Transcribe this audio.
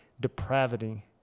depravity